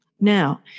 Now